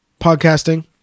podcasting